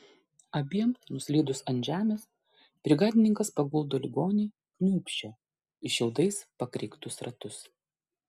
abiem nuslydus ant žemės brigadininkas paguldo ligonį kniūbsčią į šiaudais pakreiktus ratus